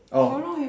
oh